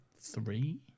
three